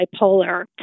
bipolar